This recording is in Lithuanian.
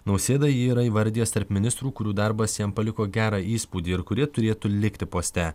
nausėda jį yra įvardijęs tarp ministrų kurių darbas jam paliko gerą įspūdį ir kurie turėtų likti poste